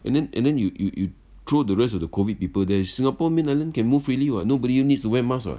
and then and then you you you throw the rest of the COVID people there singapore main island can move freely [what] nobody needs to wear mask [what]